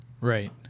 Right